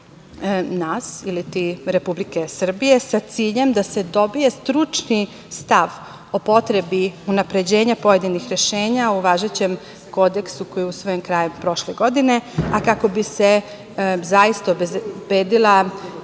nas, iliti Republike Srbije, sa ciljem da se dobije stručni stav o potrebi unapređenja pojedinih rešenja u važećem Kodeksu koji je usvojen krajem prošle godine, a kako bi se zaista obezbedila